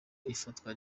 ifatwa